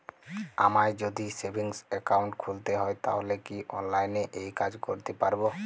আমায় যদি savings account খুলতে হয় তাহলে কি অনলাইনে এই কাজ করতে পারবো?